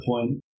point